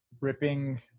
ripping